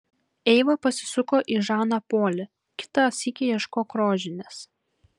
eiva pasisuko į žaną polį kitą sykį ieškok rožinės